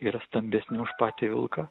yra stambesni už patį vilką